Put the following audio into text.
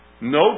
No